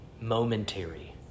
momentary